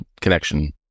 connection